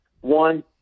One